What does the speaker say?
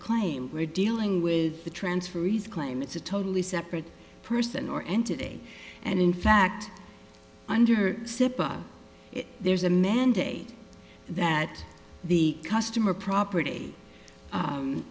claim we're dealing with the transferees claim it's a totally separate person or entity and in fact under sipper there's a mandate that the customer property